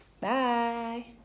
Bye